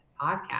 Podcast